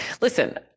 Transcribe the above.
Listen